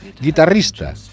Guitarrista